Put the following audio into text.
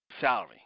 salary